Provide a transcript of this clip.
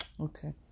Okay